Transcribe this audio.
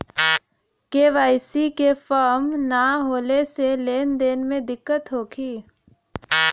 KYC के form न होले से लेन देन में दिक्कत होखी?